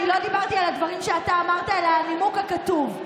אני לא דיברתי על הדברים שאתה אמרת אלא על הנימוק הכתוב,